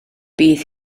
bydd